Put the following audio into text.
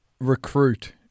recruit